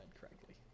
correctly